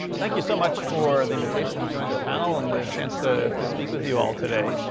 thank you so much for the invitation to join the panel, and the chance to to speak with you all today.